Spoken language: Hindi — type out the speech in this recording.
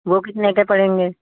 वो कितने के पड़ेंगे